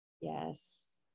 yes